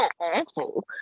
awful